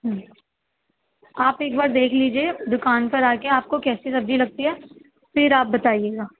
ہوں آپ ایک بار دیکھ لیجیے دکان پر آ کے آپ کو کیسی سبزی لگتی ہے پھر آپ بتائیے گا